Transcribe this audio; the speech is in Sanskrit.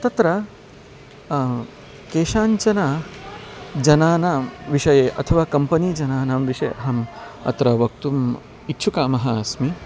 तत्र केषाञ्चन जनानां विषये अथवा कम्पनी जनानां विषये अहम् अत्र वक्तुम् इच्छुकामः अस्मि